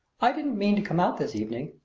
i didn't mean to come out this evening,